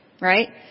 Right